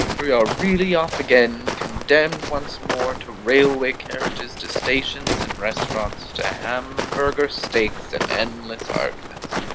we are really off again, condemned once more to railway carriages, to stations and restaurants, to hamburger steaks and endless arguments!